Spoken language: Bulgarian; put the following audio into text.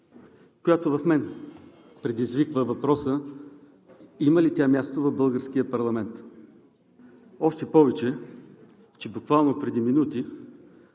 която в мен предизвиква въпросът: има ли тя място в българския парламент? Още повече буквално преди минути